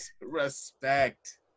respect